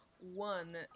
one